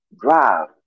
drive